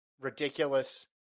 ridiculous